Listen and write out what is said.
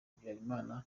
habyarimana